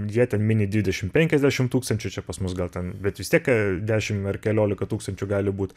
jie ten mini dvidešim penkiasdešim tūkstančių čia pas mus gal ten bet vis tiek dešim ar keliolika tūkstančių gali būt